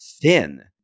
thin